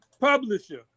publisher